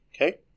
Okay